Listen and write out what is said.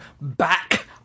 back